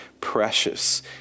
precious